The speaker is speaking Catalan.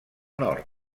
nord